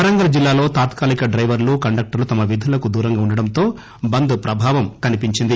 వరంగల్ జిల్లాలో తాత్కాలీక డ్లెవర్లు కండక్టర్లు తమ విధులకు దూరంగా ఉండటంతో బంద్ ప్రభావం కనిపించింది